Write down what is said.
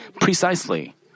precisely